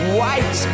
White